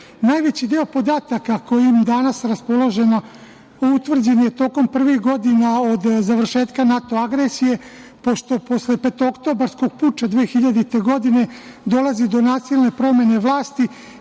utvrđen. Najveći deo podataka kojima danas raspolažemo utvrđen je tokom prvih godina od završetka NATO agresije, pošto posle petooktobarskog puča 2000. godine dolazi do nasilne promene i vlasti